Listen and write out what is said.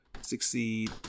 succeed